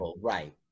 right